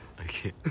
Okay